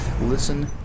listen